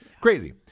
Crazy